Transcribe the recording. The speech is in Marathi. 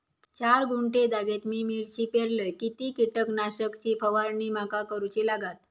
चार गुंठे जागेत मी मिरची पेरलय किती कीटक नाशक ची फवारणी माका करूची लागात?